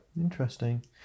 Interesting